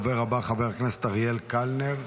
הדובר הבא, חבר הכנסת אריאל קלנר,